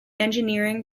engineering